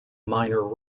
minor